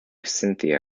cynthia